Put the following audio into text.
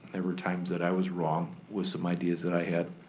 there were times that i was wrong with some ideas that i had.